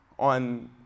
on